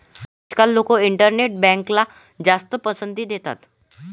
आजकाल लोक इंटरनेट बँकला जास्त पसंती देतात